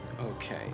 Okay